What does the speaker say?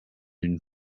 une